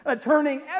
turning